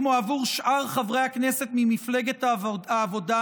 כמו עבור שאר חברי הכנסת ממפלגת העבודה,